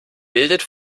bildet